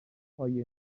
مرگهای